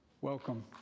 Welcome